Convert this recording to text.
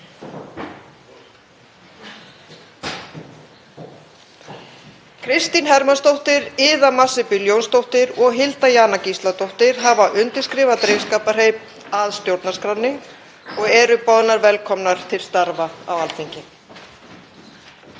Kristín Hermannsdóttir, Iða Marsibil Jónsdóttir og Hilda Jana Gísladóttir hafa undirskrifað drengskaparheit að stjórnarskránni og eru boðnar velkomnar til starfa á Alþingi.